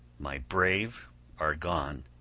my brave are gone.